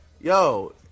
yo